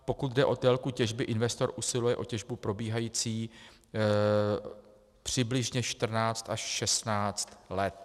Pokud jde o délku těžby, investor usiluje o těžbu probíhající přibližně 14 až 16 let.